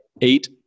eight